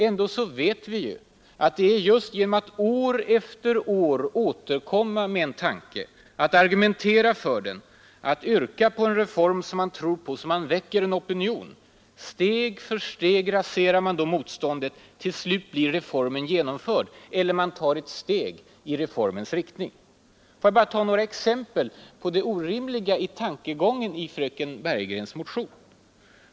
Vi vet ju hur det är: genom att år efter år återkomma med en tanke, att argumentera för den, att yrka på en reform som man tror på så att man väcker en opinion och raserar motståndet steg för steg. Till slut blir reformen genomförd; eller man tar ett steg i reformens riktning. Låt mig ge ett par exempel på det orimliga i tankegången i fröken Bergegrens motion.